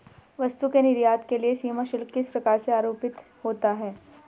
वस्तु के निर्यात के लिए सीमा शुल्क किस प्रकार से आरोपित होता है?